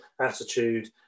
attitude